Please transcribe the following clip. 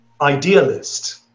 idealist